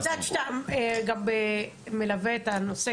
אני רואה שאתה גם מלווה את הנושא,